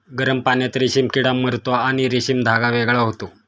गरम पाण्यात रेशीम किडा मरतो आणि रेशीम धागा वेगळा होतो